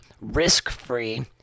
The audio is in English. risk-free